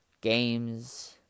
games